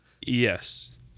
Yes